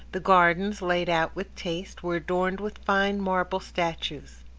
the gardens, laid out with taste, were adorned with fine marble statues.